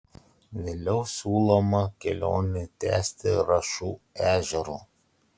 vėliau siūloma kelionę tęsti rašų ežeru